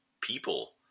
people